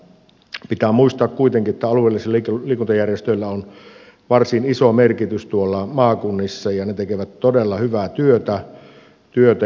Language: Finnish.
pitää muistaa kuitenkin että alueellisilla liikuntajärjestöillä on varsin iso merkitys maakunnissa ja ne tekevät todella hyvää työtä